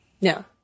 No